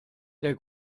der